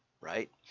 right